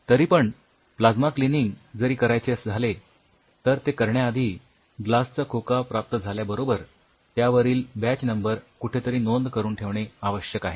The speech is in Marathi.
तरीपण प्लाज्मा क्लीनिंग जरी करायचे झाले तर ते करण्याआधी ग्लासचा खोका प्राप्त झाल्याबरोबर त्यावरील बॅच नंबर कुठेतरी नोंद करून ठेवणे आवश्यक आहे